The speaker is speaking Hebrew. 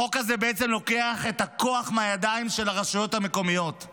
החוק הזה בעצם לוקח את הכוח מהידיים של הרשויות המקומיות,